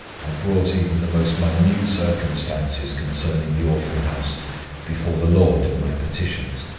i brought even the most minute circumstances concerning the orphan-house before the lord in my petitions,